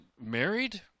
married